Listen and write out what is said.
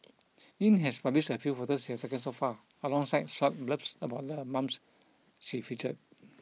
Yin has published a few photos she has taken so far alongside short blurbs about the moms she featured